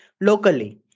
locally